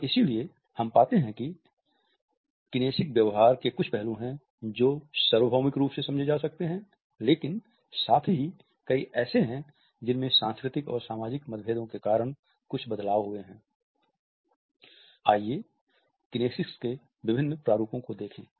और इसलिए हम पाते हैं कि किनेसिक व्यवहार के कुछ पहलू हैं जो सार्वभौमिक रूप से समझे जा सकते हैं लेकिन साथ ही कई ऐसे हैं जिनमें सांस्कृतिक और सामाजिक मतभेदों के कारण कुछ बदलाव हुए आइए किनेसिक्स के विभिन्न प्रारूपो को देखें